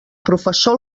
professor